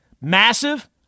Massive